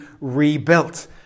rebuilt